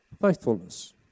faithfulness